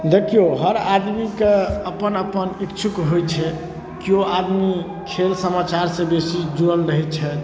देखियौ हर आदमी कऽ अपन अपन इक्छुक होइत छै केओ आदमी खेल समाचारसँ बेसी जुड़ल रहैत छथि